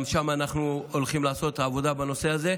גם שם אנחנו הולכים לעשות עבודה בנושא הזה.